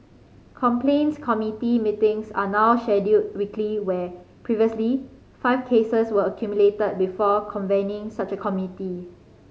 complaints committee meetings are now scheduled weekly where previously five cases were accumulated before convening such a committee